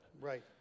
Right